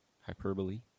Hyperbole